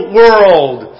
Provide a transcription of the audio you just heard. world